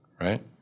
right